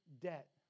debt